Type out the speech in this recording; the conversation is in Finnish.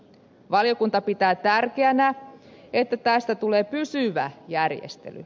valiokunta pitää tärkeänä että tästä tulee pysyvä järjestely